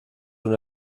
una